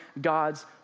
God's